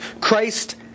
Christ